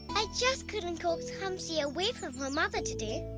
i just couldn't coax hamsi away from her mother today.